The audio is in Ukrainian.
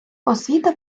освіта